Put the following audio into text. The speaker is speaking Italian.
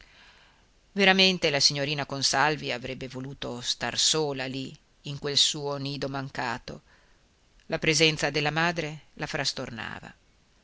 veramente la signorina consalvi avrebbe voluto star sola lì in quel suo nido mancato la presenza della madre la frastornava